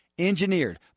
Engineered